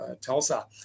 Tulsa